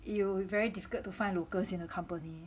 you very difficult to find locals in the company